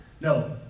No